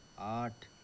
آٹھ